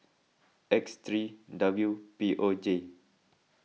X three W P O J